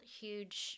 huge